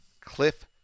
Cliff